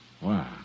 Wow